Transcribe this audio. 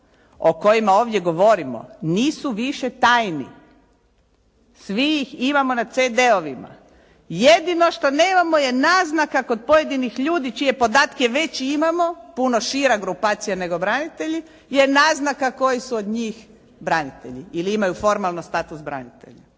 o kojima ovdje govorimo nisu više tajni. Svi ih imamo na CD-ovima. Jedino što nemamo je naznaka kod pojedinih ljudi čije podatke već imamo puno šira grupacija nego branitelji je naznaka koji su od njih branitelji ili imaju formalno status branitelja.